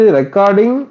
recording